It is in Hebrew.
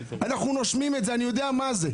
אנחנו נושמים את זה, אני יודע מה זה.